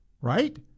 right